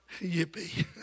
Yippee